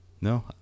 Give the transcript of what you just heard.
No